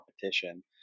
competition